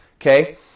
okay